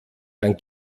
dann